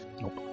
nope